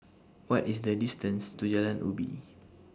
What IS The distance to Jalan Uji